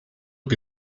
que